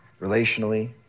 relationally